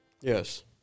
Yes